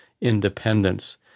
independence